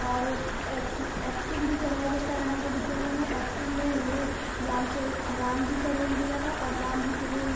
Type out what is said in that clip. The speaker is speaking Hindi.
और ऐक्ट ऐक्टिंग भी कराया जाता है हमारे विद्यालय मे ऐक्टिंग में हमें राम चर् राम जी का रोल मिला जाता है और राम जी के रोल